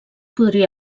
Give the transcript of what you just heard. podria